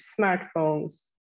smartphones